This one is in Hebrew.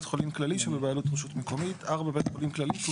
בית חולים כללי שבבעלות רשות מקומית ; (4) בית חולים כללי שהוא